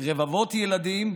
רבבות ילדים,